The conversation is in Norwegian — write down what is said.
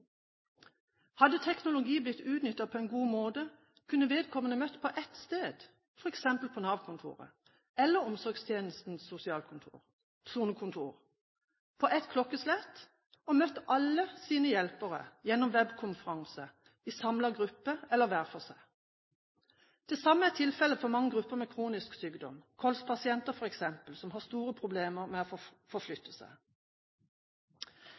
Hadde teknologi blitt utnyttet på en god måte, kunne vedkommende møtt på ett sted, f.eks. på Nav-kontoret eller omsorgstjenestens sonekontor, på ett klokkeslett, og møtt alle sine hjelpere gjennom webkonferanse, i samlet gruppe, eller hver for seg. Det samme er tilfellet for mange grupper med kronisk sykdom, KOLS-pasienter f.eks., som har store problemer med å forflytte seg.